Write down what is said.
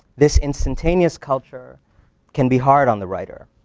this instantaneous culture can be hard on the writer,